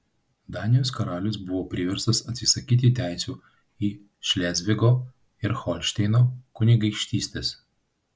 danijos karalius buvo priverstas atsisakyti teisių į šlezvigo ir holšteino kunigaikštystes